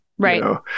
Right